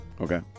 Okay